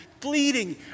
bleeding